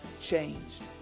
changed